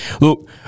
Look